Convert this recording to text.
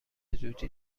دودی